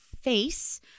face